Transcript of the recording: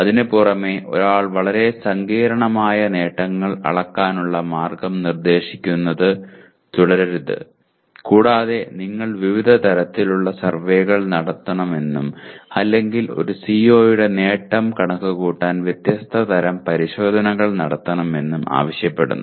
അതിനുപുറമെ ഒരാൾ വളരെ സങ്കീർണ്ണമായ നേട്ടങ്ങൾ അളക്കാനുള്ള മാർഗ്ഗം നിർദ്ദേശിക്കുന്നത് തുടരരുത് കൂടാതെ നിങ്ങൾ വിവിധ തരത്തിലുള്ള സർവേകൾ നടത്തണമെന്നും അല്ലെങ്കിൽ ഒരു CO യുടെ നേട്ടം കണക്കുകൂട്ടാൻ വ്യത്യസ്ത തരം പരിശോധനകൾ നടത്തണമെന്നും ആവശ്യപ്പെടുന്നു